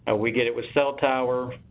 we get it with cell tower